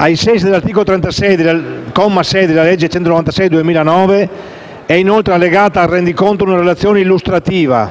Ai sensi dell'articolo 36, comma 6, della legge n. 196 del 2009, è inoltre allegata al Rendiconto una relazione illustrativa